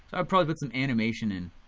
i'd probably put some animation in.